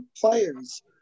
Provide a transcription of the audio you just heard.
players